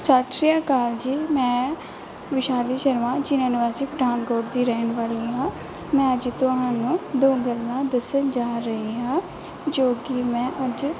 ਸਤਿ ਸ਼੍ਰੀ ਅਕਾਲ ਜੀ ਮੈਂ ਵਿਸ਼ਾਲੀ ਸ਼ਰਮਾ ਜ਼ਿਲ੍ਹਾ ਨਿਵਾਸੀ ਪਠਾਨਕੋਟ ਦੀ ਰਹਿਣ ਵਾਲੀ ਹਾਂ ਮੈਂ ਅੱਜ ਤੁਹਾਨੂੰ ਦੋ ਗੱਲਾਂ ਦੱਸਣ ਜਾ ਰਹੀ ਹਾਂ ਜੋ ਕਿ ਮੈਂ ਅੱਜ